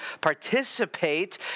participate